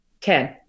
Ten